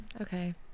Okay